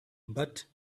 but